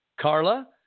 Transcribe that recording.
Carla